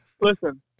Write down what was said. Listen